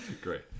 Great